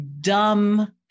dumb